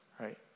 right